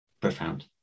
profound